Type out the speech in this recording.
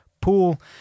pool